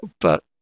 But-